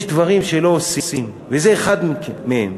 יש דברים שלא עושים, וזה אחד מהם.